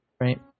right